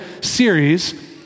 series